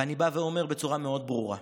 ואני בא ואומר בצורה מאוד ברורה: